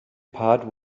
part